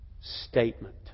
statement